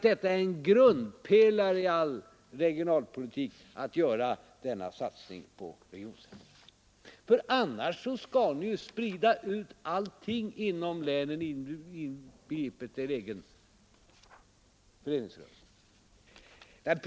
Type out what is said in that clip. Det är en grundpelare i all regionalpolitik att göra denna satsning, annars får ni sprida ut allt inom länen inbegripet er egen föreningsrörelse.